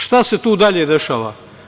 Šta se tu dalje dešava?